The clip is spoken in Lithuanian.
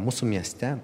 mūsų mieste